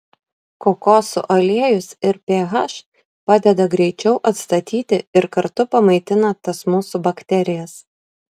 kokosų aliejus ir ph padeda greičiau atstatyti ir kartu pamaitina tas mūsų bakterijas